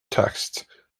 text